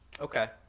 okay